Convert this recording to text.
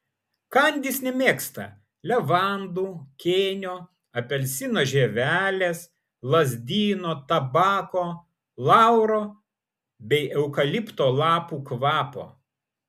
kandys nemėgsta levandų kėnio apelsino žievelės lazdyno tabako lauro bei eukalipto lapų kvapo